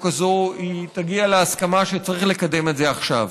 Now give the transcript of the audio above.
הזו היא תגיע להסכמה שצריך לקדם את זה עכשיו.